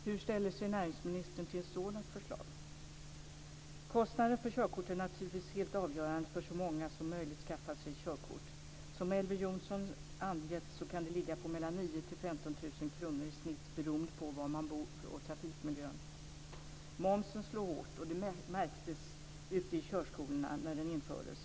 Hur ställer sig näringsministern till ett sådant förslag? Kostnaderna för körkort är naturligtvis helt avgörande för att så många som möjligt skaffar sig körkort. Som Elver Jonsson har angett kan kostnaden ligga på mellan 9 000 kr och 15 000 kr i snitt, beroende på var man bor och på trafikmiljön. Momsen slår hårt, och det märktes ute i körskolorna när den infördes.